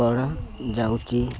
କରାଯାଉଛି